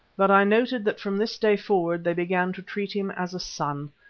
but i noted that from this day forward they began to treat him as a son.